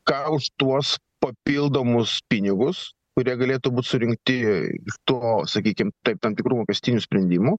ką už tuos papildomus pinigus kurie galėtų būt surinkti to sakykim taip tam tikrų mokestinių sprendimų